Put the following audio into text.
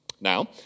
Now